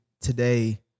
today